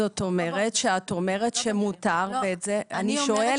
זאת אומרת שאת אומרת שמותר ואת זה, אני שואלת.